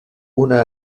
una